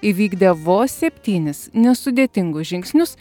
įvykdę vos septynis nesudėtingus žingsnius